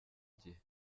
gihe